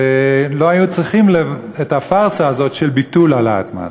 ולא היו צריכים את הפארסה הזאת של ביטול העלאת מס.